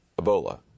Ebola